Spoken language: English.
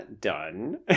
done